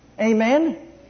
Amen